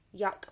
yuck